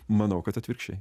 manau kad atvirkščiai